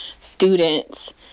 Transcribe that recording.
students